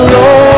Lord